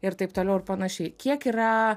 ir taip toliau ir panašiai kiek yra